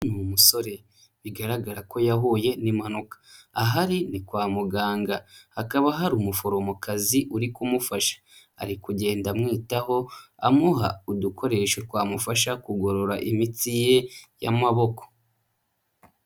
Ni umusore bigaragara ko yahuye n'impanuka, aha ari ni kwa muganga hakaba hari umuforomokazi uri kumufasha, ari kugenda amwitaho amuha udukoresho twamufasha kugorora imitsi ye y'amaboko.